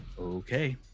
Okay